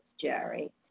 Jerry